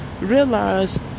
realize